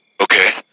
Okay